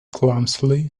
clumsily